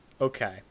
Okay